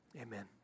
Amen